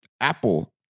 Apple